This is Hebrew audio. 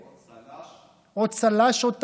או צל"ש, או צל"ש או טר"ש.